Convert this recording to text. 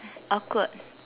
awkward